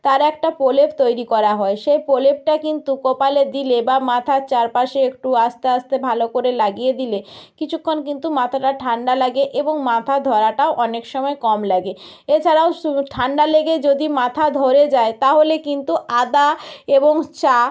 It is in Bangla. তার একটা প্রলেপ তৈরী করা হয় সেই প্রলেপটা কিন্তু কপালে দিলে বা মাথার চারপাশে একটু আস্তে আস্তে ভালো করে লাগিয়ে দিলে কিছুক্ষণ কিন্তু মাথাটা ঠান্ডা লাগে এবং মাথা ধরাটাও অনেক সময় কম লাগে এছাড়াও সু ঠান্ডা লেগে যদি মাথা ধরে যায় তাহলে কিন্তু আদা এবং চা